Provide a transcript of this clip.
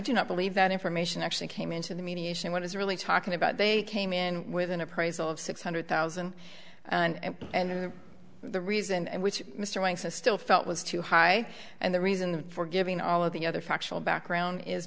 do not believe that information actually came into the mediation what is really talking about they came in with an appraisal of six hundred thousand and and the reason and which mr wang said still felt was too high and the reason for giving all of the other factual background is